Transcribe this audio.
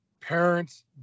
Parents